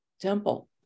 temple